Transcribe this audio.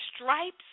stripes